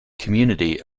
community